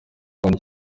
abana